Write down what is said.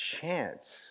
chance